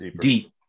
deep